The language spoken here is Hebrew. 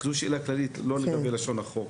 זו שאלה כללית; לא נאמר בלשון החוק.